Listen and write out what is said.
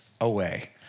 away